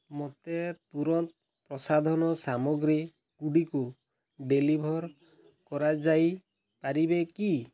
ମୋତେ ତୁରନ୍ତ ପ୍ରସାଧନ ସାମଗ୍ରୀଗୁଡ଼ିକୁ ଡ଼େଲିଭର୍ କରାଯାଇପାରିବେ କି